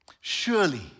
Surely